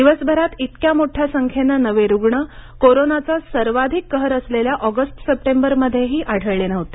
दिवसभरात इतक्या मोठ्या संख्येनं नवे रुग्ण कोरोनाचा सर्वाधिक कहर असलेल्या ऑगस्ट सप्टेबरमध्येही आढळले नव्हते